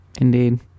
Indeed